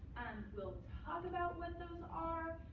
we'll talk about what those are.